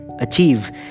achieve